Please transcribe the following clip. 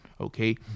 Okay